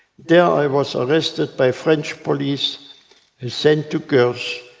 there, i was arrested by french police and sent to gurs,